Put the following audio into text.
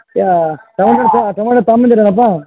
ಯಾ tomato ತಾಮ್ ಬಂದಿರೇನಪ್ಪಾ